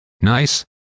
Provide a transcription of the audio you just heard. Nice